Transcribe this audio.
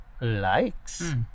likes